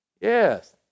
Yes